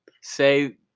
say